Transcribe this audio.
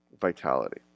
vitality